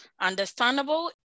understandable